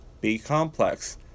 B-complex